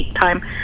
time